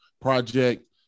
project